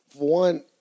One